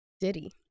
Diddy